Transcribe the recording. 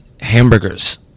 hamburgers